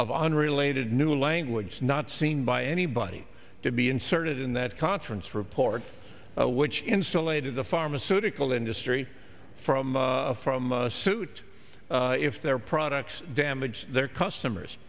of unrelated new language is not seen by anybody to be inserted in that conference report which insulated the pharmaceutical industry from from suit if their products damage their customers